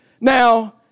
Now